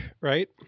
right